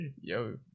yo